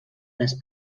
les